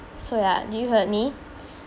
so ya do you heard me